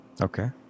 Okay